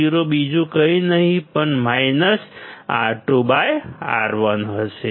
Vo બીજું કંઈ નહીં પણ માઇનસ R2 R1 હશે